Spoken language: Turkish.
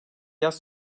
yaz